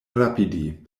rapidi